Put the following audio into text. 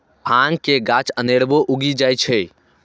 भांग के गाछ अनेरबो उगि जाइ छै